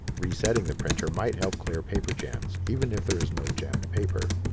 resetting the printer might help clear paper jams, even if there is no jammed paper.